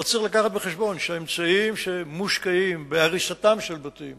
אבל צריך להביא בחשבון שהאמצעים שמושקעים בהריסתם של בתים